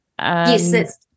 Yes